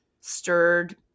stirred